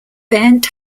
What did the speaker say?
bernd